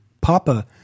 Papa